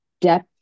depth